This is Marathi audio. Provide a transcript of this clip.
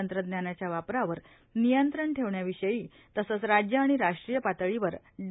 तंत्रज्ञानाच्या वापरावर नियंत्रण ठेवण्यावि ायी तसंच राज्य आणि राट्रीय पातळीवर डी